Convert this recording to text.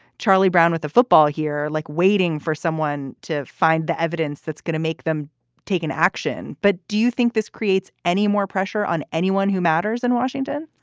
charlie brown with the football here, like waiting for someone to find the evidence that's going to make them take an action. but do you think this creates any more pressure on anyone who matters in washington?